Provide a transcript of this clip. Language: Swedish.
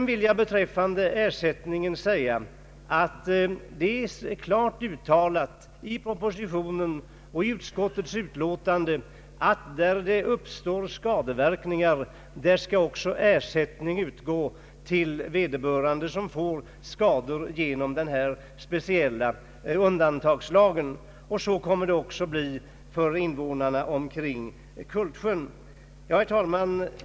Vad beträffar ersättningarna vill jag säga, att i propositionen och i utskottets utlåtande har uttalats att där skadeverkningar uppstår skall också ersättning utges till dem som blir skadelidande på grund av denna speciella undantagslag. Detta gäller också för invånarna omkring Kultsjön. Herr talman!